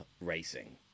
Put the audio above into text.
racing